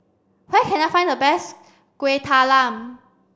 where can I find the best Kueh Talam